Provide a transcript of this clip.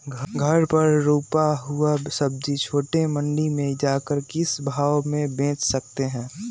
घर पर रूपा हुआ सब्जी छोटे मंडी में जाकर हम किस भाव में भेज सकते हैं?